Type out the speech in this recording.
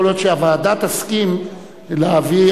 יכול להיות שהוועדה תסכים להביא,